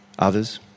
others